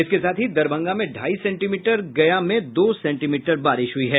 इसके साथ ही दरभंगा में ढ़ाई सेंटीमीटर गया में दो सेंटीमीटर बारिश हुई है